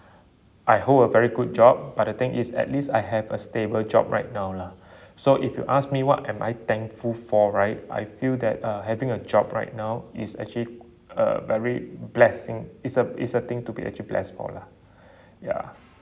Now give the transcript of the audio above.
I hold a very good job but the thing is at least I have a stable job right now lah so if you ask me what am I thankful for right I feel that uh having a job right now is actually a very blessing is a is a thing to be actually blessed for lah ya